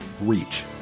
reach